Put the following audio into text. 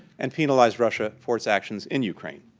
and penalized russia for its actions in ukraine.